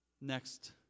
Next